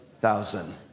thousand